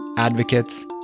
advocates